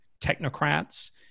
technocrats